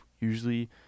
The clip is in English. usually